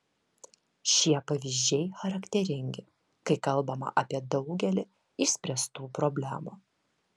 šie pavyzdžiai charakteringi kai kalbama apie daugelį išspręstų problemų